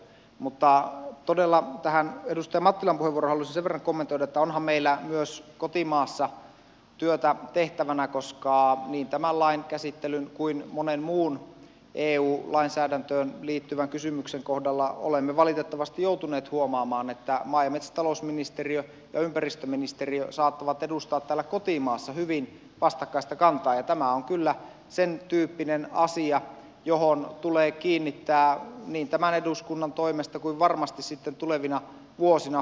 mutta todella tähän edustaja mattilan puheenvuoroon haluaisin sen verran kommentoida että onhan meillä myös kotimaassa työtä tehtävänä koska niin tämän lain käsittelyn kuin monen muun eu lainsäädäntöön liittyvän kysymyksen kohdalla olemme valitettavasti joutuneet huomaamaan että maa ja metsätalousministeriö ja ympäristöministeriö saattavat edustaa täällä kotimaassa hyvin vastakkaisia kantoja ja tämä on kyllä sentyyppinen asia johon tulee kiinnittää huomiota niin tämän eduskunnan toimesta kuin varmasti tulevina vuosina